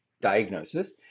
diagnosis